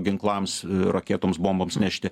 ginklams raketoms bomboms nešti